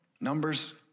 numbers